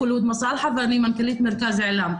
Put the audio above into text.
שמי חולוד מסאלחה ואני מנכ"לית מרכז אעלם.